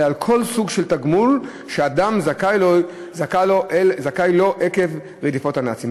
אלא על כל סוג של תגמול שאדם זכאי לו עקב רדיפות הנאצים.